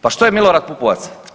Pa što je Milorad Pupovac?